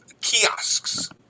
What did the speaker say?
kiosks